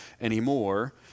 anymore